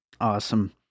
Awesome